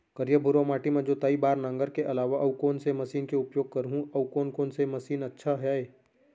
करिया, भुरवा माटी म जोताई बार नांगर के अलावा अऊ कोन से मशीन के उपयोग करहुं अऊ कोन कोन से मशीन अच्छा है?